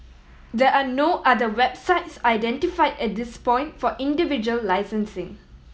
there are no other websites identified at this point for individual licensing